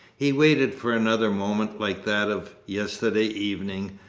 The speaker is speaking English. he waited for another moment like that of yesterday evening,